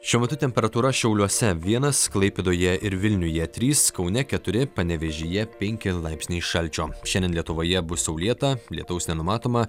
šiuo metu temperatūra šiauliuose vienas klaipėdoje ir vilniuje trys kaune keturi panevėžyje penki laipsniai šalčio šiandien lietuvoje bus saulėta lietaus nenumatoma